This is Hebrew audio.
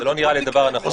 זה לא נראה לי הדבר הנכון.